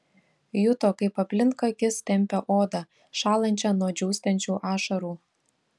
juto kaip aplink akis tempia odą šąlančią nuo džiūstančių ašarų